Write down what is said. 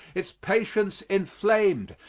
its patience inflamed,